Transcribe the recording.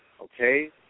okay